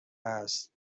است